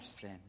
sin